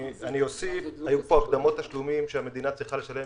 היו פה נתונם שהמדינה צריכה לשלם